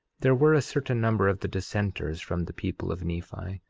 there were a certain number of the dissenters from the people of nephi,